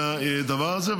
מהדבר הזה.